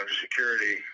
Security